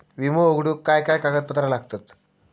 विमो उघडूक काय काय कागदपत्र लागतत?